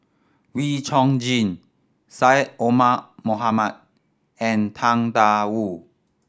Wee Chong Jin Syed Omar Mohamed and Tang Da Wu